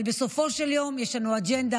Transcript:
אבל בסופו של יום יש לנו אג'נדה,